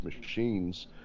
machines